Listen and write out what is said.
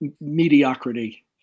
mediocrity